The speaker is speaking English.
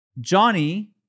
Johnny